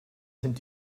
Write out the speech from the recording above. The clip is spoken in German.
sind